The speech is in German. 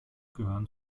gehören